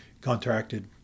contracted